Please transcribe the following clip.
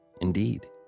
Indeed